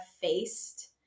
faced